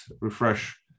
Refresh